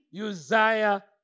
Uzziah